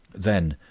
then,